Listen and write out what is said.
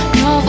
no